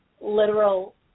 literal